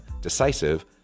decisive